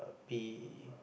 be